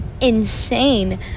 insane